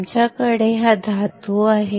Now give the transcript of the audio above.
आमच्याकडे हा धातू आहे